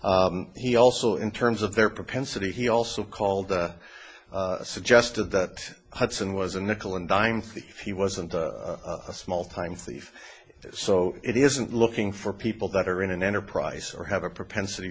found he also in terms of their propensity he also called the suggested that hudson was a nickle and dime thief he wasn't a small time thief so it isn't looking for people that are in an enterprise or have a propensity